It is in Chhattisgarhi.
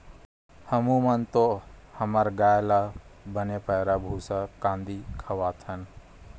हमू मन तो हमर गाय ल बने पैरा, भूसा, कांदी खवाथन